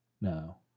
No